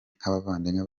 nk’abavandimwe